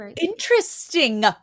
interesting